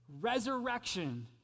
Resurrection